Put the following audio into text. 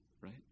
Right